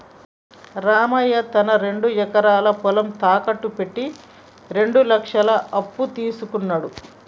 రామయ్య తన రెండు ఎకరాల పొలం తాకట్టు పెట్టి రెండు లక్షల అప్పు తీసుకున్నడు